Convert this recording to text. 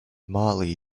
motley